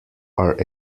are